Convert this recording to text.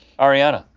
ariana,